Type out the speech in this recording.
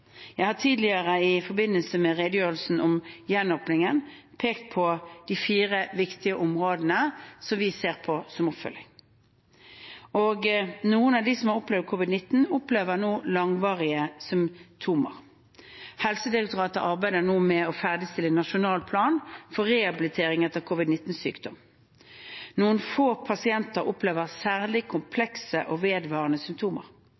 Jeg har tidligere, i forbindelse med redegjørelsen om gjenåpningen, pekt på de fire viktige områdene som vi ser på som oppfølging. Noen av dem som har opplevd covid-19, opplever langvarige symptomer. Helsedirektoratet arbeider nå med å ferdigstille en nasjonal plan for rehabilitering etter covid-19-sykdom. Noen få pasienter opplever særlig komplekse og vedvarende symptomer.